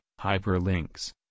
hyperlinks